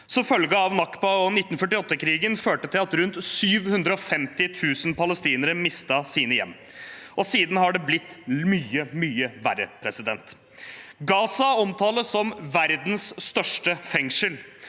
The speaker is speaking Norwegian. følge av al-nakba og 1948-krigen mistet rundt 750 000 palestinere sine hjem. Siden har det blitt mye, mye verre. Gaza omtales som verdens største fengsel.